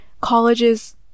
colleges